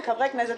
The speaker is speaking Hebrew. חברי הכנסת,